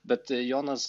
bet jonas